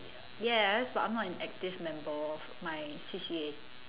yes but I'm not an active member of my C_C_A